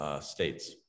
states